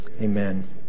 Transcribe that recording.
amen